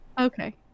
okay